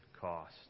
cost